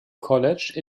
college